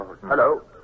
Hello